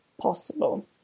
possible